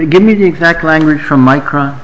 give me the exact language from my current